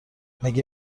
مگه